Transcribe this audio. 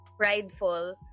prideful